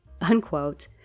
unquote